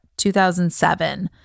2007